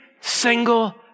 single